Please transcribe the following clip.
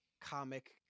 comic